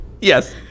yes